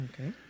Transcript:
Okay